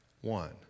one